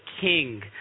king